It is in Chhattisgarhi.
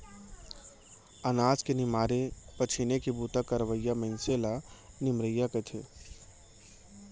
अनाज के निमारे पछीने के बूता करवइया मनसे ल निमरइया कथें